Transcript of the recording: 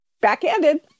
Backhanded